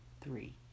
three